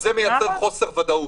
זה מייצר חוסר ודאות.